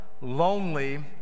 lonely